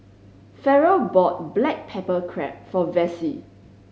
Farrell bought black pepper crab for Vessie